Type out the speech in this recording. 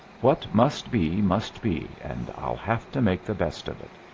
what must be must be, and i'll have to make the best of it.